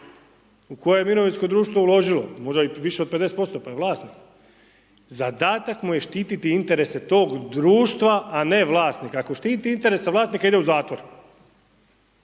u koje je mirovinsko društvo uložilo, možda i više od 50% pa je vlasnik, zadatak mu je štiti interese tog društva, a ne vlasnika. Ako štiti interese vlasnika ide u zatvor.